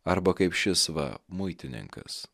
arba kaip šis va muitininkas